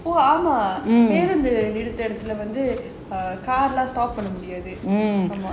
ஆமா பேருந்து நிறுத்தத்துல வந்து:aamaa perunthu niruthathula vanthu car எல்லாம்:ellaam park பண்ண முடியாது:panna mudiyaathu